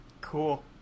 cool